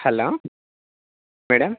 hello madam